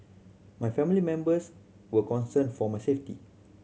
my family members were concerned for my safety